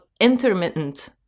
intermittent